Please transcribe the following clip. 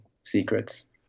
secrets